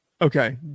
Okay